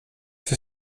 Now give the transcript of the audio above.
för